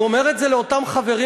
אני אומר את זה לאותם חברים,